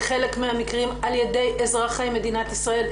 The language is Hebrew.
בחלק מהמקרים על יד אזרחי מדינת ישראל,